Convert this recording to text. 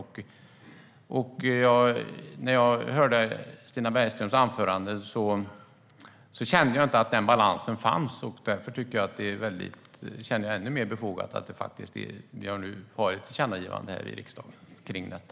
Men när jag hörde Stina Bergströms anförande kände jag inte att denna balans fanns, och därför känns det ännu mer befogat att vi har ett tillkännagivande i riksdagen om detta.